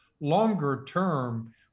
Longer-term